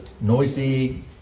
noisy